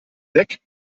weg